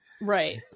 Right